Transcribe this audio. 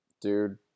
Dude